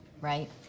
right